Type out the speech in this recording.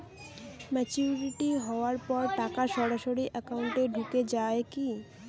Maturity হওয়ার পর টাকা সরাসরি একাউন্ট এ ঢুকে য়ায় কি?